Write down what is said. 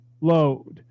load